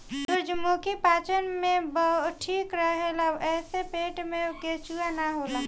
सूरजमुखी पाचन में ठीक रहेला एसे पेट में केचुआ ना होला